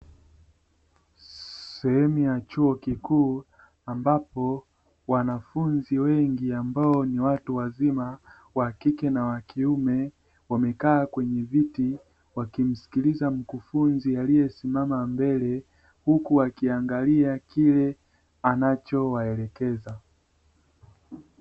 Sehemu ya chuo kikuu ambapo wanafunzi wengi ambao ni watu wazima wa kike na wa kiume wamekaa kwenye viti wakimsikiliza mkufunzi aliyesimama mbele, huku wakiangalia kile anachowaelekeza.